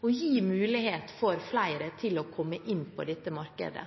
og gi mulighet for flere til å komme inn på dette markedet.